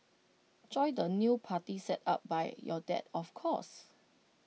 join the new party set up by your dad of course